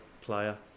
player